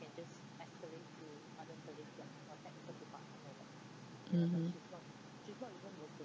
mmhmm